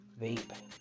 vape